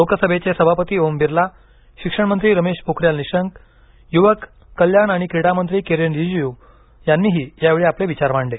लोकसभेचे सभापती ओम बिर्ला शिक्षण मंत्री रमेश पोखारीयाल निशंक युवक कल्याण आणि क्रीडा मंत्री किरेन रीजीजू यांनीही यावेळी आपले विचार मांडले